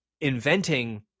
inventing